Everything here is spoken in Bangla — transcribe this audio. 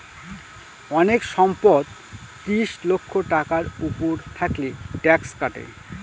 অনেক সম্পদ ত্রিশ লক্ষ টাকার উপর থাকলে ট্যাক্স কাটে